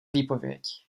výpověď